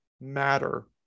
matter